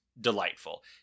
delightful